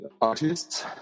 artists